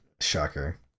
Shocker